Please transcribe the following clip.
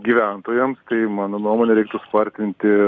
gyventojams tai mano nuomone reiktų spartinti